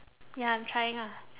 ya I'm trying ah